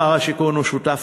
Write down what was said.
שר השיכון הוא שותף